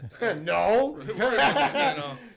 No